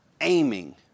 aiming